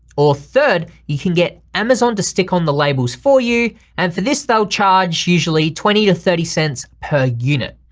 or third, you can get amazon to stick on the labels for you, and for this they'll charge usually twenty to thirty cents per unit.